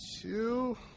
two